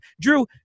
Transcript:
drew